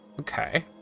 Okay